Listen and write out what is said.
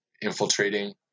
infiltrating